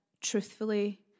truthfully